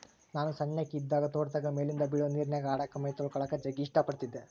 ನಾನು ಸಣ್ಣಕಿ ಇದ್ದಾಗ ತೋಟದಾಗ ಮೇಲಿಂದ ಬೀಳೊ ನೀರಿನ್ಯಾಗ ಆಡಕ, ಮೈತೊಳಕಳಕ ಜಗ್ಗಿ ಇಷ್ಟ ಪಡತ್ತಿದ್ದೆ